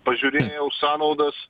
pažiūrėjau sąnaudas